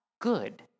good